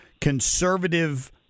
conservative